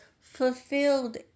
fulfilled